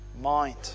mind